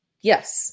Yes